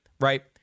right